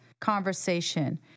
conversation